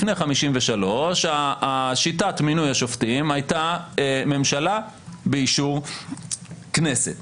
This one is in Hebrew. לפני 1953 שיטת מינוי השופטים הייתה ממשלה באישור כנסת.